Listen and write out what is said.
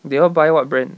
they all buy what brand